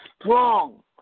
strong